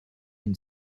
une